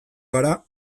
gara